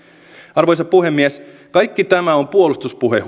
arvoisa puhemies kaikki tämä on puolustuspuhe